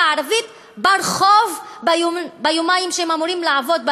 הערבית ברחוב ביומיים שהם אמורים לעבוד,